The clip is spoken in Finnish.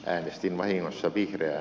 äänestin vahingossa vihreää